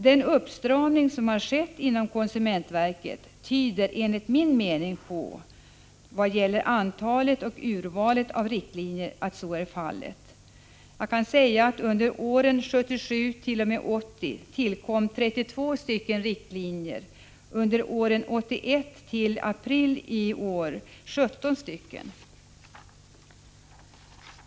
Den uppstramning som har skett inom konsumentverket tyder enligt min mening på, vad gäller antalet och urvalet av riktlinjer, att så är fallet. Jag kan nämna att det under åren 1977-1980 tillkom 32 riktlinjer, från 1981 och fram till april i år 17.